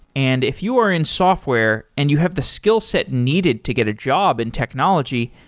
and if you were in software and you have the skillset needed to get a job in technology,